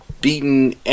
beaten